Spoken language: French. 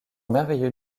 merveilleux